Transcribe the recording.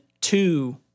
two